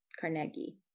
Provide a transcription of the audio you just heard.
Carnegie